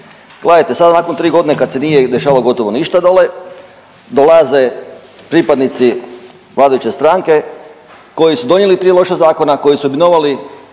Gledajte, sad nakon 3.g. kad se nije dešavalo gotovo ništa dole dolaze pripadnici vladajuće stranke koji su donijeli tri loša zakona, koji su imenovali